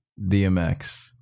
DMX